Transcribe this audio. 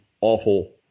awful